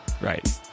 Right